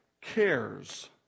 cares